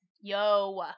Yo